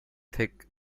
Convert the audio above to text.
thick